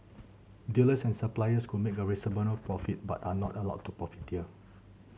dealers and suppliers could make a reasonable profit but are not allowed to profiteer